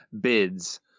bids